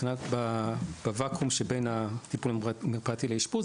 בוואקום שבין הטיפולים המרפאתיים לאשפוז.